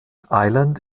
island